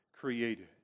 created